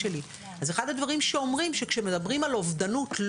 אבל יותר גרוע: כשהוא גומר את הטיפול שלו